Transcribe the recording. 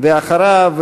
אחריו,